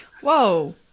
Whoa